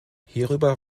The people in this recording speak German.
hierüber